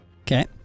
Okay